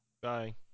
Bye